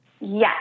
Yes